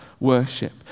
worship